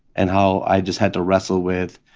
and how i just had to wrestle with